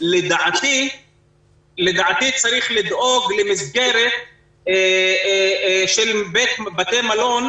לדעתי צריך לדאוג למסגרת של בתי מלון,